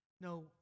no